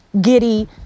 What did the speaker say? Giddy